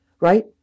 Right